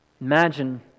Imagine